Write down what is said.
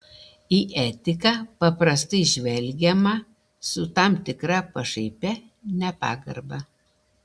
į etiką paprastai žvelgiama su tam tikra pašaipia nepagarba